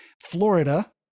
Florida